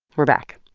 we're back.